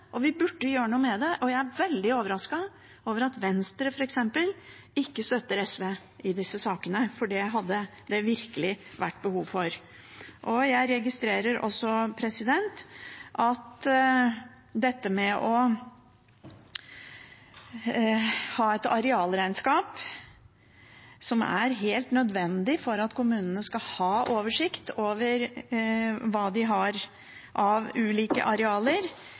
Jeg er veldig overrasket over at Venstre, f.eks., ikke støtter SV i disse sakene, for det hadde det virkelig vært behov for. Jeg registrerer at heller ikke forslaget om å ha et arealregnskap, som er helt nødvendig for at kommunene skal ha oversikt over hva de har av ulike arealer,